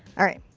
alright.